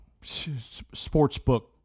Sportsbook